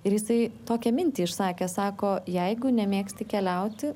ir jisai tokią mintį išsakė sako jeigu nemėgsti keliauti